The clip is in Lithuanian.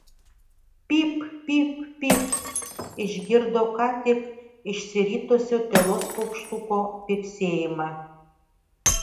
pyp pyp pyp išgirdo ką tik išsiritusio tylos paukštuko pypsėjimą